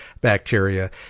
bacteria